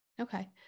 Okay